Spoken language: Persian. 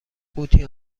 قوطی